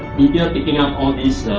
media taking up all these